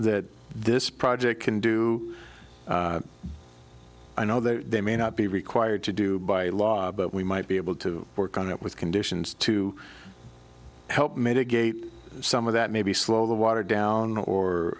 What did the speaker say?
that this project can do i know that they may not be required to do by law but we might be able to work on it with conditions to help mitigate some of that maybe slow the water down or